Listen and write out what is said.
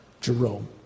Jerome